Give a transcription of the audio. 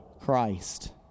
Christ